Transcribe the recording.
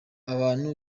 abantu